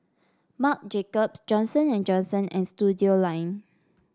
Marc Jacobs Johnson And Johnson and Studioline